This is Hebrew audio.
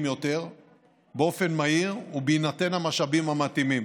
יותר באופן מהיר ובהינתן המשאבים המתאימים.